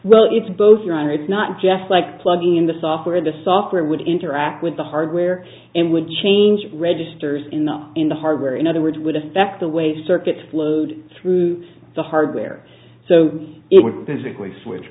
well it's both neither it's not just like plugging in the software the software would interact with the hardware and would change registers in the in the hardware in other words would affect the way circuits flowed through the hardware so it would basically switch